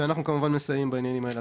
ואנחנו, כמובן, מסייעים בעניינים האלה.